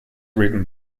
written